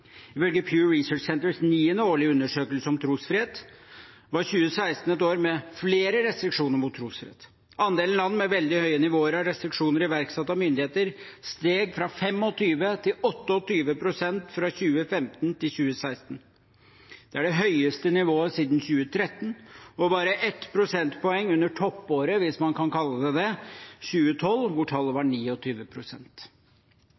Ifølge Pew Research Centers niende årlige undersøkelse om trosfrihet var 2016 et år med flere restriksjoner mot trosfrihet. Andelen land med veldig høye nivåer av restriksjoner iverksatt av myndigheter, steg fra 25 pst. til 28 pst. fra 2015 til 2016. Det er det høyeste nivået siden 2013 og bare 1 prosentpoeng under toppåret, hvis man kan kalle det det, 2012, da tallet